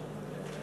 אדוני